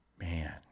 man